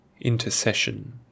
Intercession